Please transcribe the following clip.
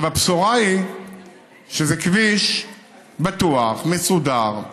הבשורה היא שזה כביש בטוח, מסודר,